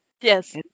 Yes